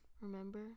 Remember